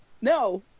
No